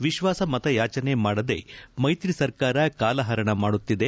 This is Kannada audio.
ವಿಶ್ವಾಸಮತ ಯಾಚನೆ ಮಾಡದೆ ಮೈತ್ರಿ ಸರ್ಕಾರ ಕಾಲ ಹರಣ ಮಾಡುತ್ತಿದೆ